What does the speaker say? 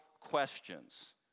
questions